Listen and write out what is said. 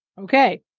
Okay